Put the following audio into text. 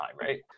right